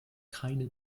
keine